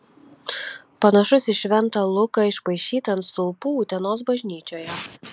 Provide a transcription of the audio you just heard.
panašus į šventą luką išpaišytą ant stulpų utenos bažnyčioje